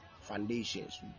foundations